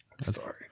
sorry